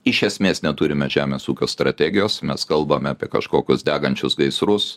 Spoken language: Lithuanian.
iš esmės neturime žemės ūkio strategijos mes kalbame apie kažkokius degančius gaisrus